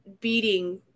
beating